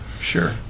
Sure